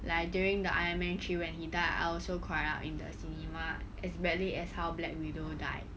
like during the iron man three when he died I also cry out in the cinema as badly as how black widow died